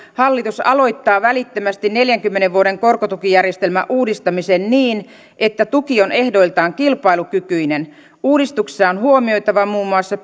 hallitus aloittaa välittömästi neljänkymmenen vuoden korkotukijärjestelmän uudistamisen niin että tuki on ehdoiltaan kilpailukykyinen uudistuksessa on huomioitava muun muassa